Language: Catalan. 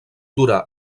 durar